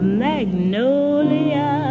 magnolia